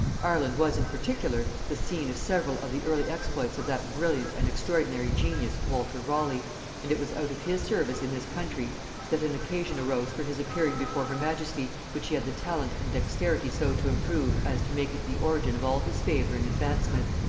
ireland was, in particular, the scene of several of the early exploits of that brilliant and extraordinary genius walter raleigh and it was out of his service in this country that an occasion arose for his appearing before her majesty, which he had the talent and dexterity so to improve as to make it the origin of all his favor and advancement.